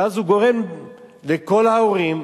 ואז הוא גורם לכל ההורים,